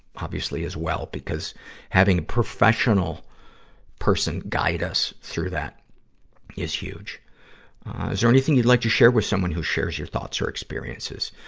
obviously as well, because having a professional person guide us through that is huge. is there anything you'd like to share with someone who shares your thoughts or experiences?